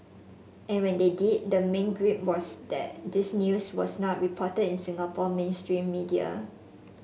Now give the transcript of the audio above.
and when they did the main gripe was that this news was not reported in Singapore mainstream media